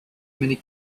many